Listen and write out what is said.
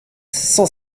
cent